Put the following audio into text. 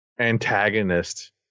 antagonist